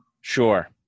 Sure